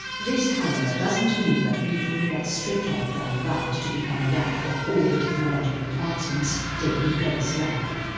this however doesn't mean that people will get stripped off their right to become aware of all the technological advancements taking place around them.